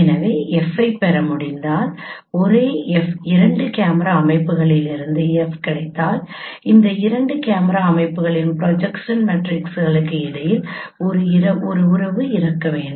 எனவே F ஐப் பெற முடிந்தால் ஒரே F இரண்டு கேமரா அமைப்புகளிலிருந்து F கிடைத்தால் இந்த இரண்டு கேமரா அமைப்புகளின் ப்ரொஜெக்ஷன் மேட்ரிக்ஸ்களுக்கு இடையில் ஒரு உறவுகள் இருக்க வேண்டும்